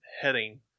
heading